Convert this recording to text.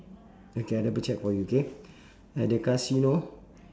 okay I double check for you okay at the casino